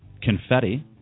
Confetti